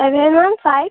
seven one five